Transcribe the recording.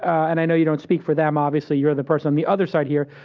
and i know you don't speak for them, obviously, you're the person on the other side here,